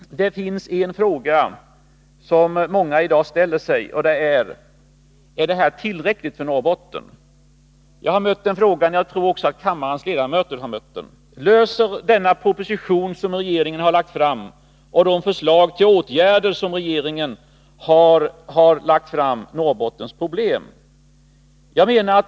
Det finns en fråga som många i dag ställer sig, nämligen: Är det här tillräckligt för Norrbotten? Jag har mött den frågan, och jag tror att även kammarens ledamöter har mött den. Löser denna proposition och de förslag till åtgärder som regeringen har lagt fram Norrbottens problem?